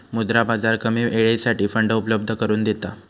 मुद्रा बाजार कमी वेळेसाठी फंड उपलब्ध करून देता